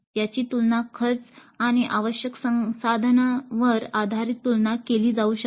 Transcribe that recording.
याची तुलना खर्च आणि आवश्यक संसाधनांवर आधारित तुलना केली जाऊ शकते